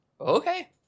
okay